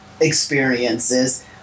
experiences